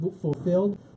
fulfilled